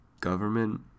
government